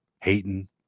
Hating